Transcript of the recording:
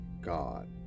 God